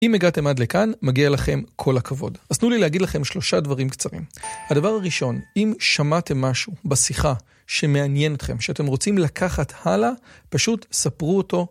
אם הגעתם עד לכאן, מגיע לכם כל הכבוד. אסנו לי להגיד לכם שלושה דברים קצרים. הדבר הראשון, אם שמעתם משהו בשיחה שמעניין אתכם, שאתם רוצים לקחת הלאה, פשוט ספרו אותו.